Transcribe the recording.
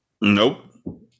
Nope